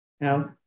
No